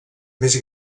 més